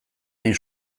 hain